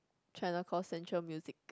China call central music